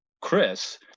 Chris –